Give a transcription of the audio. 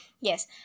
Yes